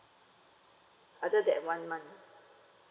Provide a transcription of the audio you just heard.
other than one month